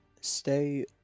stay